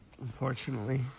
Unfortunately